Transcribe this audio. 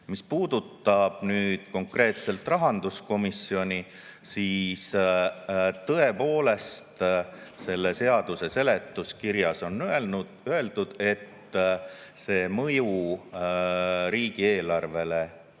puudutab konkreetselt rahanduskomisjoni, siis tõepoolest, selle seaduse seletuskirjas on öeldud, et mõju riigieelarvele